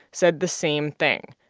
said the same thing.